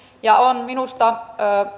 on minusta